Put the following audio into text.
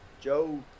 Joe